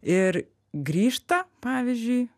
ir grįžta pavyzdžiui